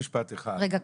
רגע,